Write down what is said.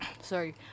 sorry